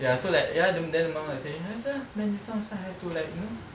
ya so like ya ah then the mum was like saying !hais! ah then this one also I have to like hmm